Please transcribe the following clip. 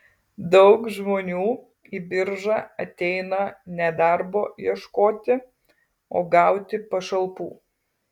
daug žmonių į biržą ateina ne darbo ieškoti o gauti pašalpų